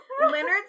Leonard